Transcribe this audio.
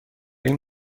این